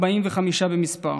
45 במספר.